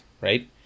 Right